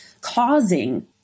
causing